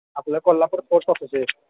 आपल्या Kolhapur post office